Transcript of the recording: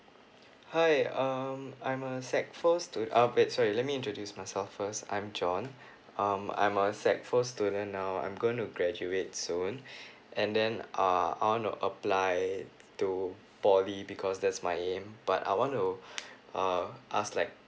hi um I'm a S_E_C four student um wait sorry let me introduce myself first I'm John um I'm a S_E_C four student now I'm going to graduate soon and then uh I want to apply to poly because that's my aim but I want to uh ask like